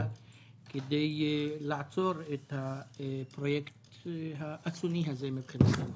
כדי לעצור את הפרויקט האסוני הזה מבחינתנו.